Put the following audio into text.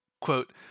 Quote